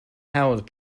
held